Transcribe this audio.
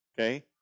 Okay